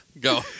Go